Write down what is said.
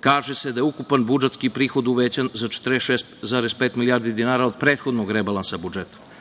kaže se, ukupan budžetski prihod je uvećan za 46,5 milijardi dinara od prethodnog rebalansa budžeta,